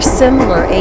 similar